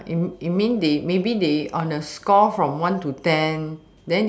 you you mean they maybe they on the score from one to ten